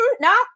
no